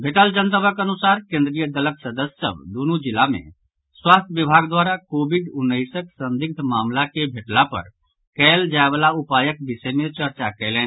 भेटल जनतबक अनुसार केंद्रीय दलक सदस्य सभ दूनु जिला मे स्वास्थ्य विभाग द्वारा कोविड उन्नैसक संदिग्ध मामिलाक के भेटला पर कएल जायवाला उपायक विषय मे चर्चा कएलनि